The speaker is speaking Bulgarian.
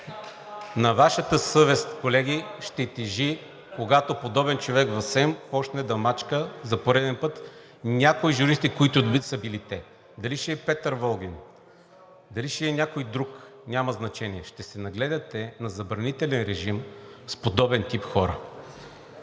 На Вашата съвест, колеги, ще тежи, когато подобен човек в СЕМ започне да мачка за пореден път някои журналисти, които и да са били те – дали ще е Петър Волгин, дали ще е някой друг, няма значение, ще се нагледате на забранителен режим с подобен тип хора.